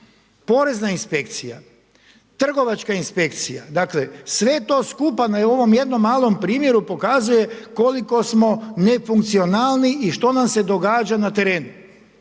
porezna inspekcija, trgovačka inspekcija, dakle, sve to skupa na ovom jednom malom primjeru pokazuje koliko smo nefunkcionalni i što nam se događa na terenu.